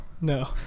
no